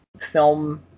film